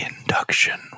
induction